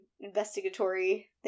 investigatory